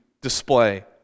display